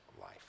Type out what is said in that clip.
life